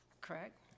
correct